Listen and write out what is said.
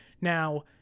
Now